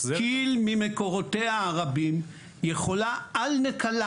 כי"ל ממקורותיה הרבים יכולה על נקלה